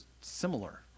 similar